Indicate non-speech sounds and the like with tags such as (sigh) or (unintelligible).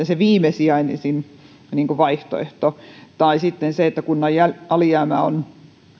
(unintelligible) se viimesijaisin vaihtoehto tai sitten on se että kunnan alijäämä on